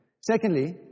Secondly